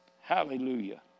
Hallelujah